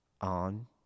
on